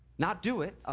not do it.